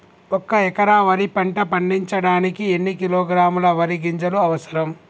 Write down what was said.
ఒక్క ఎకరా వరి పంట పండించడానికి ఎన్ని కిలోగ్రాముల వరి గింజలు అవసరం?